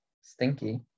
Stinky